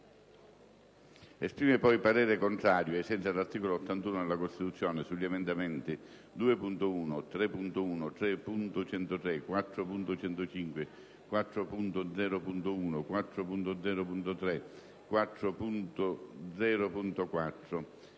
Esprime poi parere contrario, ai sensi dell'articolo 81 della Costituzione, sugli emendamenti 2.1, 3.1, 3.103, 4.105, 4.0.1, 4.0.3, 4.0.4,